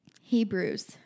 Hebrews